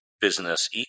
business